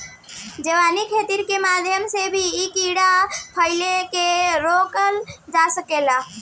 जैविक खेती के माध्यम से भी इ कीड़ा फतिंगा के रोकल जा सकेला